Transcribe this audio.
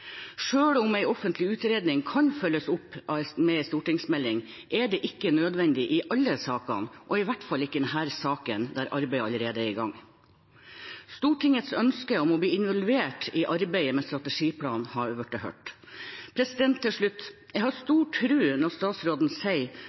Sjøl om en offentlig utredning kan følges opp av en stortingsmelding, er det ikke nødvendig i alle saker, og i hvert fall ikke i denne saken, der arbeidet allerede er i gang. Stortingets ønske om å bli involvert i arbeidet med strategiplanen har blitt hørt. Til slutt: Jeg har stor tro når statsråden sier